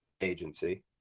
agency